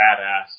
badass